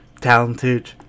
talented